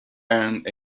earned